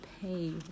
pay